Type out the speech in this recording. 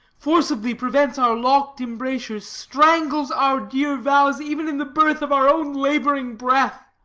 forcibly prevents our lock'd embrasures, strangles our dear vows even in the birth of our own labouring breath.